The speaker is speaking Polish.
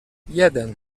jeden